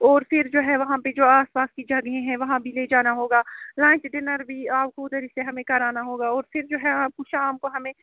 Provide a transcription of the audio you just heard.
اور پھر جو ہے وہاں پہ جو آس پاس کی جگہیں ہیں وہاں بھی لے جانا ہوگا لنچ ڈینر بھی آپ کو ادھر ہی سے ہمیں کرانا ہوگا اور پھر جو ہے آپ کو شام کو ہمیں